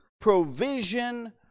provision